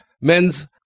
men's